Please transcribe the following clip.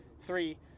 three